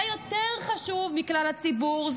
זה יותר חשוב מכלל הציבור,